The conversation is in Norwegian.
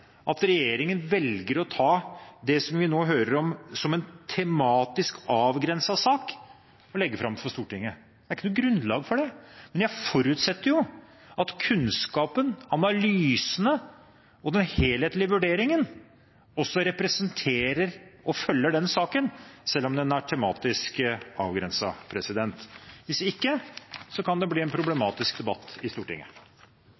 at regjeringen velger å ta det som vi nå hører om, som en tematisk avgrenset sak å legge fram for Stortinget. Det er ikke noe grunnlag for det, men jeg forutsetter at kunnskapen, analysene og den helhetlige vurderingen også representerer og følger den saken, selv om den er tematisk avgrenset. Hvis ikke kan det bli en problematisk debatt i Stortinget.